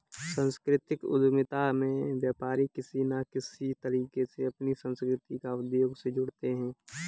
सांस्कृतिक उद्यमिता में व्यापारी किसी न किसी तरीके से अपनी संस्कृति को उद्योग से जोड़ते हैं